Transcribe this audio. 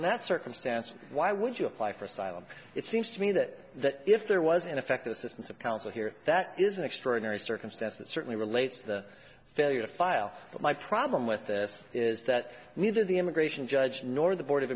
in that circumstance why would you apply for asylum it seems to me that that if there was ineffective assistance of counsel here that is an extraordinary circumstance that certainly relates to the failure to file but my problem with this is that neither the immigration judge nor the board of